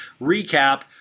recap